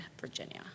Virginia